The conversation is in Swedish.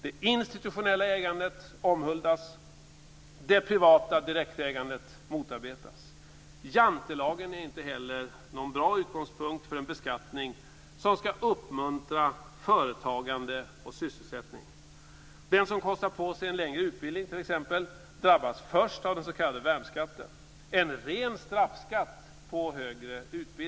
Det institutionella ägandet omhuldas, det privata direktägandet motarbetas. Jantelagen är inte heller någon bra utgångspunkt för en beskattning som ska uppmuntra företagande och sysselsättning. Den som kostar på sig en längre utbildning t.ex. drabbas först av den s.k.